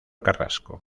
carrasco